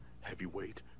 Heavyweight